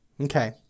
Okay